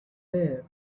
there